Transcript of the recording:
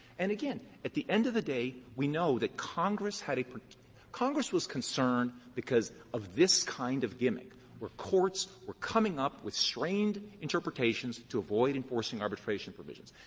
and, again, at the end of the day, we know that congress had a congress was concerned because of this kind of gimmick where courts were coming up with strained interpretations to avoid enforcing arbitration provisions.